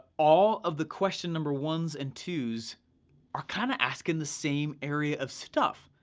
all of the question number ones and twos are kind of asking the same area of stuff.